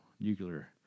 nuclear